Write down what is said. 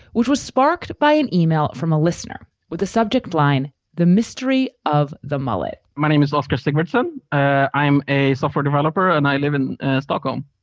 which was sparked by an email from a listener with the subject line, the mystery of the mullet my name is oscar sigurdson. i'm a software developer and i live in stockholm.